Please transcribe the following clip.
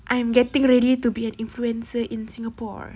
I'm getting ready to be an influencer in singapore